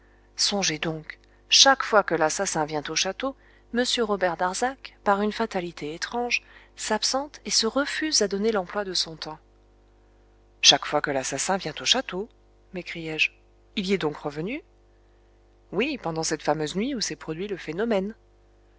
songez donc chaque fois que l'assassin vient au château m robert darzac par une fatalité étrange s'absente et se refuse à donner l'emploi de son temps chaque fois que l'assassin vient au château m'écriai-je il y est donc revenu oui pendant cette fameuse nuit où s'est produit le phénomène